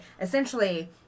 essentially